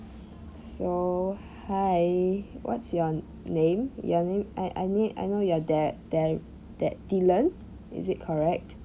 so hi what's your name your name I I know I know you're da~ da~ da~ dylan is it correct